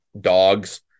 dogs